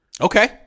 Okay